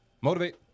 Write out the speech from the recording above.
Motivate